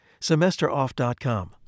Semesteroff.com